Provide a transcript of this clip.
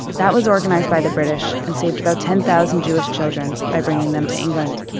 that was organized by the british and saved about ten thousand jewish children by bringing them to england.